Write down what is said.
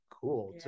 cool